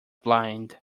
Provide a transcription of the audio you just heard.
blind